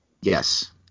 Yes